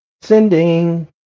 sending